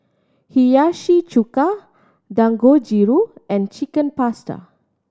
Hiyashi Chuka Dangojiru and Chicken Pasta